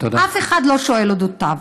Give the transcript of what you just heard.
אף אחד לא שואל אודותיו.